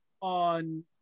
on